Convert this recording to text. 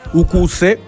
ukuse